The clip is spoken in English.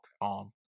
on